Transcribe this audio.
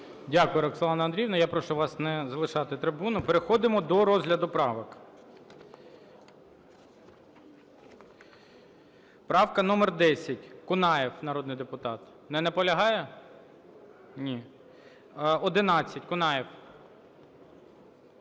Дякую, Роксолана Андріївна. Я прошу вас не залишати трибуну. Переходимо до розгляду правок. Правка номер 10, Кунаєв, народний депутат. Не наполягає? Ні. 11, Кунаєв.